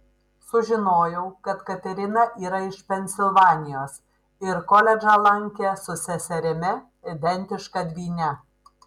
sužinojau kad katerina yra iš pensilvanijos ir koledžą lankė su seserimi identiška dvyne